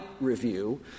review